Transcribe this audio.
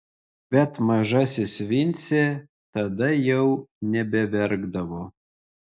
bet mažasis vincė tada jau nebeverkdavo